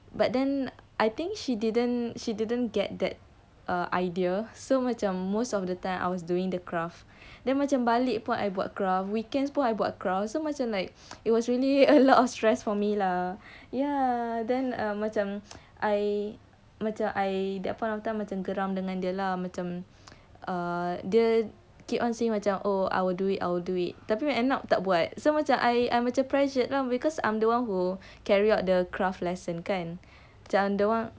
but then I think she didn't she didn't get that err idea so macam most of the time I was doing the craft then macam balik pun I buat craft weekends pun I buat craft so macam like it was really a lot of stress for me lah ya then err macam I macam I that point of time geram dengan dia lah macam uh dia keep on saying macam oh I'll do it I'll do it tapi end up tak buat so I macam pressured lah because I'm the one who carry out the craft lesson kan macam the one